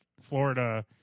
Florida